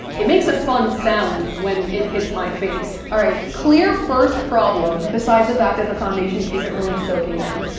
it makes a fun sound when it hits my face alright clear first problem, besides the fact that the foundation isn't really soaking in,